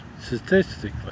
statistically